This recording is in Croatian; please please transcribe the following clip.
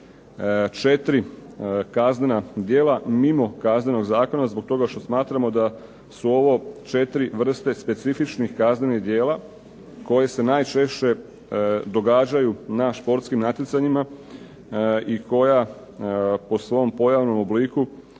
četiri kaznena djela mimo kaznenog zakona zbog toga što smatramo da su ovo 4 vrste specifičnih kaznenih djela koje se najčešće događaju na športskim natjecanjima i koja po svom pojavnom obliku